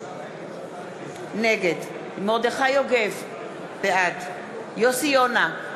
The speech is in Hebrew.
נגד מרדכי יוגב, בעד יוסי יונה,